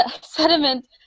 sediment